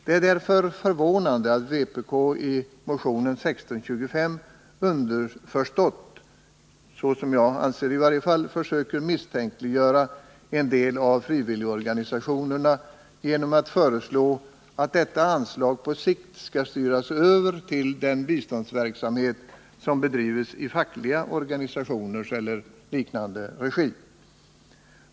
Det är därför förvånande att vpk i motionen 1625 — som jag ser det — underförstått söker misstänkliggöra en del av frivilligorganisationerna genom att föreslå att detta anslag på sikt skall styras över till den biståndsverksamhet som bedrivs i fackliga eller liknande organisationers regi.